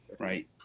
right